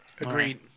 Agreed